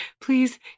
please